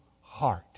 heart